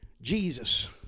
Jesus